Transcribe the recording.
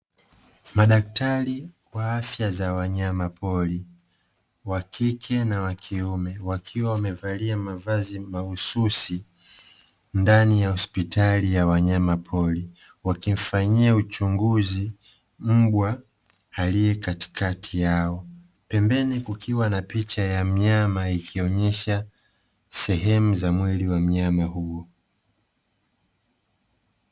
Madaktari wa afya za wanyama pori wakike na wakiume wakiwa wamevalia mavazi mahususi, ndani ya hospitali ya wanyama pori wakimfanyia uchunguzi mbwa aliekatikati yao. Pembeni kukiwa na picha ya mnyama ikionyesha sehemu za mwili wa mnyama huyo.